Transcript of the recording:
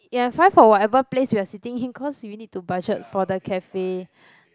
ya five for whatever place we are sitting in cause we need to budget for the cafe